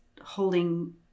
holding